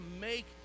make